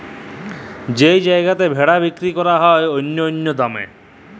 যেই জায়গাতে ভেড়া বিক্কিরি ক্যরা হ্যয় অল্য অল্য দামে